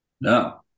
No